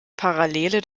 parallele